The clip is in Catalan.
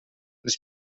les